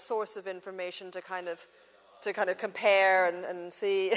source of information to kind of to kind of compare and see